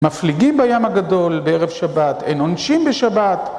מפליגים בים הגדול בערב שבת, אין עונשין בשבת.